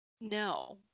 No